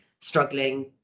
struggling